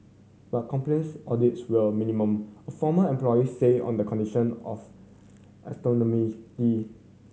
but compliance audits were minimal a former employee said on the condition of